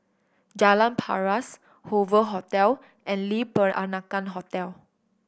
Jalan Paras Hoover Hotel and Le Peranakan Hotel